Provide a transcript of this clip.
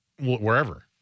Wherever